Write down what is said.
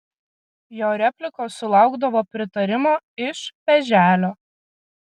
jo replikos sulaukdavo pritarimo iš peželio